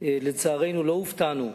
לצערנו לא הופתענו.